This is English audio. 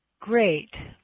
great.